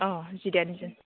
औ जिदाइन जोन